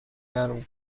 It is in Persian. گرم